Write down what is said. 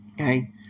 okay